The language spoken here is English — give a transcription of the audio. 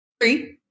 three